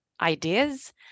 ideas